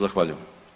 Zahvaljujem.